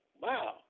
Wow